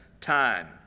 time